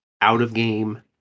out-of-game